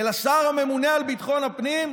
ולשר הממונה על ביטחון הפנים,